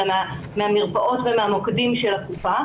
אלא מהמרפאות והמוקדים של הקופה,